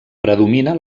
predomina